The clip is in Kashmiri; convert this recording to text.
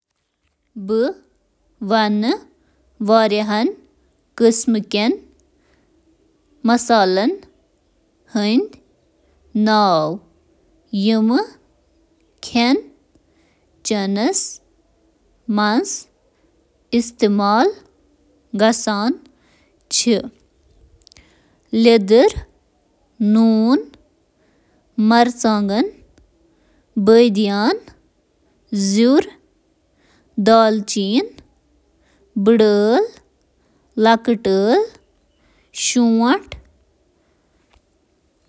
رنٛنَس منٛز استعمال گژھَن وٲلۍ عام مصالحَن منٛز چھِ شٲمِل: جیرٕ، دھنہٕ، لٔدٕر، کرٛہُن مَرٕژ، دالچینی، لونٛگ، الایچی، جائفل، گدا، ادرک، لہسن، سرسٕہٕ بیٛٲل، مرٕژ، پاپریکا، تلس، اوریگانو، تھیم، روزمیری، زعفران، خلیج پنہٕ، آل اسپائس، اینیز، کینی مرٕچ تہٕ اسافیٹیڈا۔